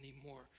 anymore